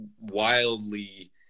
wildly